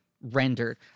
rendered